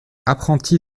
apprenti